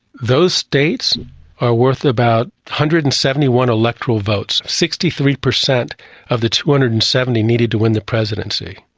those states are worth about one hundred and seventy one electoral votes, sixty three percent of the two hundred and seventy needed to win the presidency.